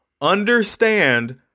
Understand